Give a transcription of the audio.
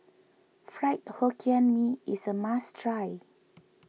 Fried Hokkien Mee is a must try